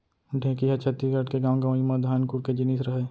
ढेंकी ह छत्तीसगढ़ के गॉंव गँवई म धान कूट के जिनिस रहय